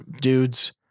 dudes